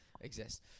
Exist